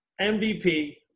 MVP